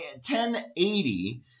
1080